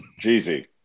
Jeezy